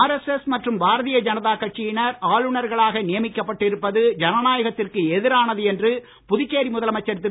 RSS மற்றும் பாரதிய ஜனதா கட்சியினர் ஆளுநர்களாக நியமிக்கப்பட்டிருப்பது ஜனநாயகத்திற்கு எதிரானது என்று புதுச்சேரி முதலமைச்சர் திரு